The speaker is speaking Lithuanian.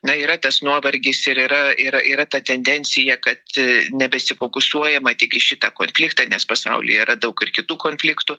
na yra tas nuovargis ir yra ir yra ta tendencija kad nebesifokusuojama tik į šitą konfliktą nes pasaulyje yra daug ir kitų konfliktų